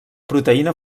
proteïna